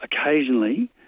occasionally